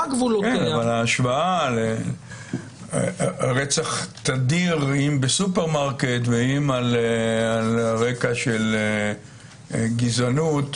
אבל ההשוואה לרצח תדיר אם בסופרמרקט ואם על הרקע של גזענות,